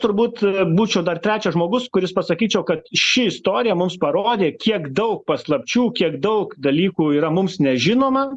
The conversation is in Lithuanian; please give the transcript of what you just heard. turbūt būčiau dar trečias žmogus kuris pasakyčiau kad ši istorija mums parodė kiek daug paslapčių kiek daug dalykų yra mums nežinoma